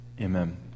Amen